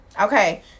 Okay